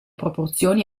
proporzioni